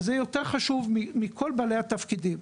וזה יותר חשוב מכל בעלי התפקידים.